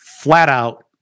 flat-out